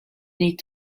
need